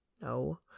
No